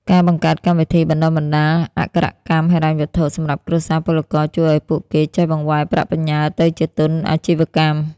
ការបង្កើតកម្មវិធី "បណ្ដុះបណ្ដាលអក្ខរកម្មហិរញ្ញវត្ថុ" សម្រាប់គ្រួសារពលករ ជួយឱ្យពួកគេចេះបង្វែរប្រាក់បញ្ញើទៅជាទុនអាជីវកម្ម។